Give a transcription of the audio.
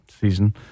season